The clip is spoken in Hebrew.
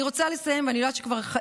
אני רוצה לסיים, ואני יודעת שכבר,